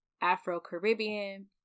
afro-caribbean